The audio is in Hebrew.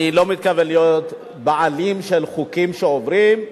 אני לא מתכוון להיות בעלים של חוקים שעוברים,